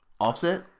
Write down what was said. Offset